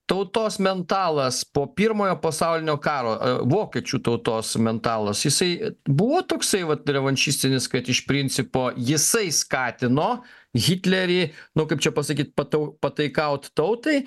tautos mentalas po pirmojo pasaulinio karo vokiečių tautos mentalas jisai buvo toksai vat revanšistinis kad iš principo jisai skatino hitlerį nu kaip čia pasakyti patau pataikaut tautai